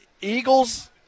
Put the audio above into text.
Eagles